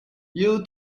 you